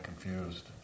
confused